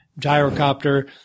gyrocopter